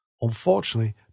Unfortunately